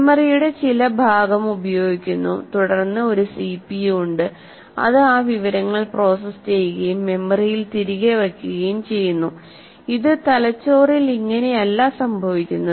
മെമ്മറിയുടെ ചില ഭാഗം ഉപയോഗിക്കുന്നു തുടർന്ന് ഒരു സിപിയു ഉണ്ട് അത് ആ വിവരങ്ങൾ പ്രോസസ്സ് ചെയ്യുകയും മെമ്മറിയിൽ തിരികെ വയ്ക്കുകയും ചെയ്യുന്നു ഇത് തലച്ചോറിൽ ഇങ്ങനെ അല്ല സംഭവിക്കുന്നത്